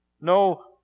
No